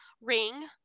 ring